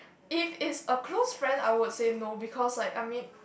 if it's a close friend I would say no because like I mean